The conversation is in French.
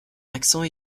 accent